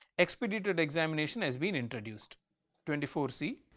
expedited examination has been introduced twenty four c.